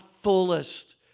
fullest